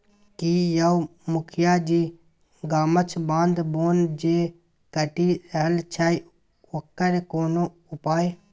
की यौ मुखिया जी गामक बाध बोन जे कटि रहल छै ओकर कोनो उपाय